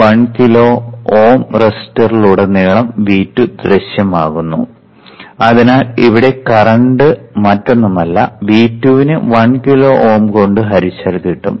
1 kilo Ω റെസിസ്റ്ററിലുടനീളം V2 ദൃശ്യമാകുന്നു അതിനാൽ ഇവിടെ കറന്റ് മറ്റൊന്നുമല്ല V2 നെ 1 കിലോ Ω കൊണ്ട് ഹരിച്ചാൽ കിട്ടും